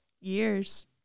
years